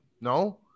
No